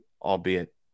albeit